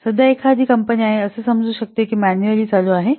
तर सध्या अशी एखादी कंपनी आहे असे समजू शकते की ते मॅनुअल्ली चालू आहे